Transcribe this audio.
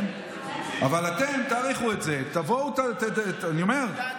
אבל אתם תעריכו את זה, תבואו, תתקרבו.